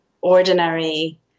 ordinary